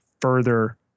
further